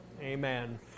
Amen